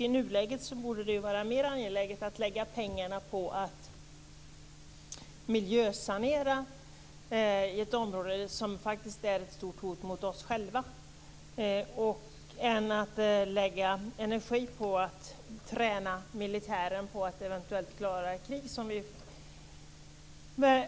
I nuläget borde det vara mer angeläget att lägga pengarna på att miljösanera i ett område som faktiskt är ett stort hot mot oss själva än att lägga energi på att träna militären att klara ett eventuellt krig - något som vi